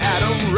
Adam